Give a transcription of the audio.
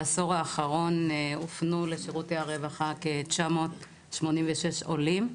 בעשור האחרון הופנו לשירותי הרווחה כ-986 עולים,